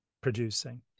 producing